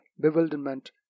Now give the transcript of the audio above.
bewilderment